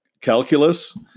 calculus